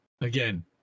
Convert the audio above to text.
Again